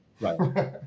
Right